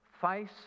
face